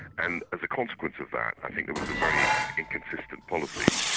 and as a consequence of that, i think it was a very inconsistent policy.